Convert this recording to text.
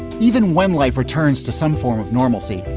even when life returns to some form of normalcy,